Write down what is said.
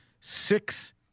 six